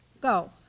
Go